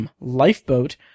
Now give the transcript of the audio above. lifeboat